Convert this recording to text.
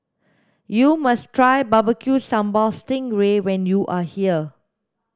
you must try barbecue sambal sting ray when you are here